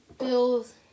Bills